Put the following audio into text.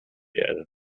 erde